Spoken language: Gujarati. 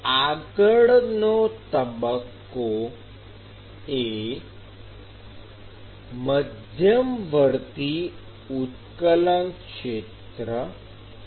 આગળનો તબક્કો એ મધ્યવર્તી ઉત્કલન ક્ષેત્ર છે